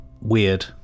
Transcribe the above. Weird